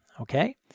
Okay